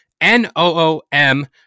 N-O-O-M